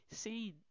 seen